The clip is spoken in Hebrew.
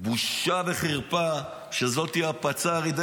בושה וחרפה שזו הפצ"רית.